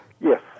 Yes